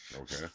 Okay